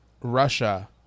Russia